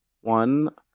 one